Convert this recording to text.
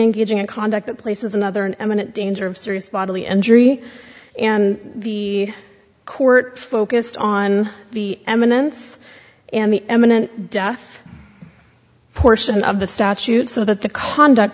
engaging in conduct that places another in imminent danger of serious bodily injury and the court focused on the eminence and the eminent death portion of the statute so that the conduct